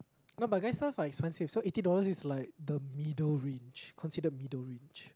no but guys stuff are expensive so eighty dollars is like the middle range considered middle range